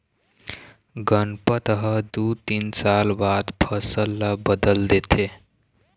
गनपत ह दू तीन साल बाद फसल ल बदल देथे